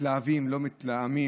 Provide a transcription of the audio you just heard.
מתלהבים ולא מתלהמים,